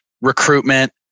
recruitment